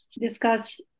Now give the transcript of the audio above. discuss